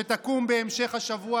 שתקום בהמשך השבוע,